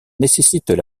nécessitent